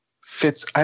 fits